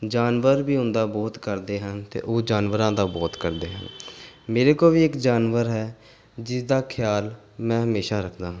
ਜਾਨਵਰ ਵੀ ਉਹਨਾਂ ਦਾ ਬਹੁਤ ਕਰਦੇ ਹਨ ਅਤੇ ਉਹ ਜਾਨਵਰਾਂ ਦਾ ਬਹੁਤ ਕਰਦੇ ਹਨ ਮੇਰੇ ਕੋਲ ਵੀ ਇੱਕ ਜਾਨਵਰ ਹੈ ਜਿਸ ਦਾ ਖਿਆਲ ਮੈਂ ਹਮੇਸ਼ਾ ਰੱਖਦਾ ਹਾਂ